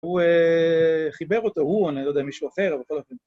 הוא חיבר אותו, הוא, אני לא יודע מישהו אחר, אבל כל הכבוד.